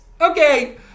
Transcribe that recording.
Okay